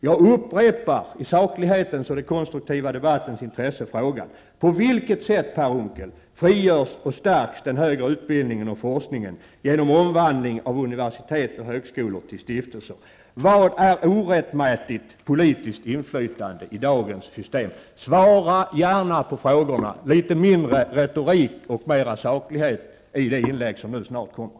Jag upprepar, i saklighetens och den konstruktiva debattens intresse, frågan till Per Unckel: På vilket sätt frigörs och förstärks den högre utbildningen och forskningen genom omvandling av universitet och högskolor till stiftelser? Vad är orättmätigt politiskt inflytande i dagens system? Svara gärna på frågorna, med litet mindre retorik och mera saklighet, i det inlägg som snart kommer!